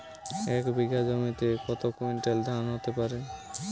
এক বিঘা জমিতে কত কুইন্টাল ধান হতে পারে?